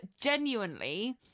genuinely